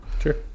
Sure